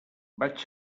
vaig